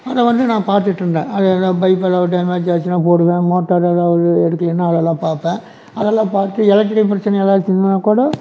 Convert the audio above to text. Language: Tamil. அதை வந்து நான் பார்த்துட்டுருந்தேன் அதெல்லாம் பைப் ஏதாவது டேமேஜ் ஆச்சுன்னா போடுவேன் மோட்டார் ஏதாவது எடுக்கலேன்னா அதெல்லாம் பார்ப்பேன் அதெல்லாம் பார்த்து எலெக்ட்ரிக்கல் பிரச்சினைகள் ஏதாச்சும் இருந்ததுன்னாகோட